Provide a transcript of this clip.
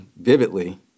vividly